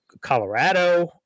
Colorado